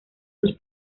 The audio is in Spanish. sus